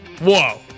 whoa